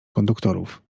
konduktorów